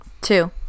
Two